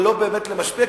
ולא באמת משפיע,